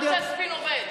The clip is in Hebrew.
העיקר שהספין עובד.